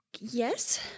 Yes